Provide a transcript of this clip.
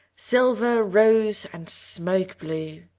silver, rose, and smoke-blue.